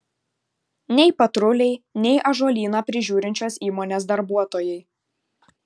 nei patruliai nei ąžuolyną prižiūrinčios įmonės darbuotojai